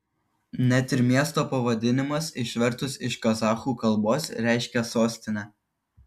net ir miesto pavadinimas išvertus iš kazachų kalbos reiškia sostinę